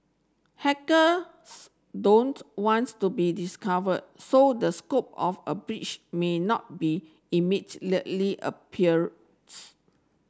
hackers don't wants to be discovered so the scope of a breach may not be immediately appeals